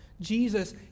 Jesus